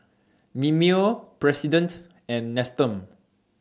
Mimeo President and Nestum